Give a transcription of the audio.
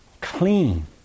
clean